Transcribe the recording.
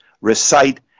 recite